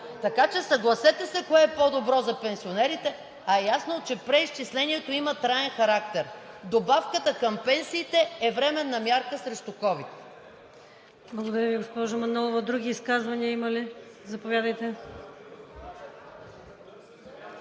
Така че, съгласете се кое е по-добро за пенсионерите, а е ясно, че преизчислението има траен характер. Добавката към пенсиите е временна мярка срещу ковид.